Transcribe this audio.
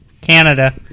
Canada